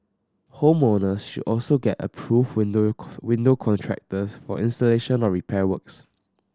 home owners should also get approved window window contractors for installation or repair works